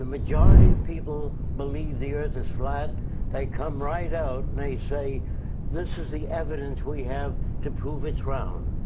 majority of people believe the earth is flat they come right out and they say this is the evidence we have to prove it's round.